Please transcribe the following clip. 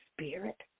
spirit